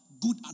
good